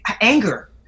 anger